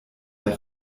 der